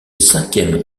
cinquième